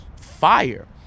fire